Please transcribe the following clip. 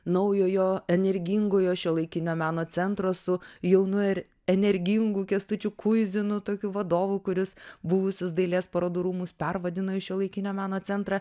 naujojo energingojo šiuolaikinio meno centro su jaunu ir energingu kęstučiu kuizinu tokiu vadovu kuris buvusius dailės parodų rūmus pervadino į šiuolaikinio meno centrą